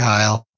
Kyle